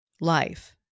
life